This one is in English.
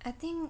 I think